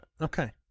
Okay